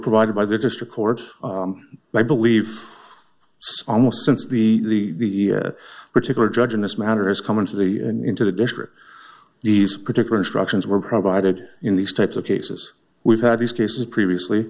provided by the district court i believe almost since the particular judge in this matter has come into the into the district these particular instructions were provided in these types of cases we've had these cases previously